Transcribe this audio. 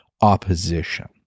opposition